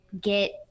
get